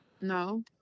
No